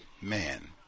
man